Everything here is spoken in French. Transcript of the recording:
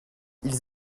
ils